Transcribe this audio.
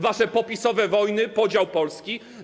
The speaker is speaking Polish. Wasze PO-PiS-owe wojny, podział Polski.